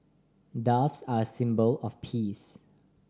doves are a symbol of peace